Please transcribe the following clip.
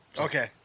Okay